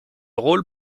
rôle